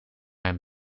mijn